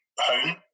home